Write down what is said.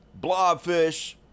Blobfish